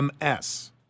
MS